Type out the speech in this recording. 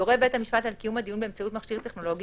יורה בית המשפט על קיום הדיון באמצעות מכשיר טכנולוגי,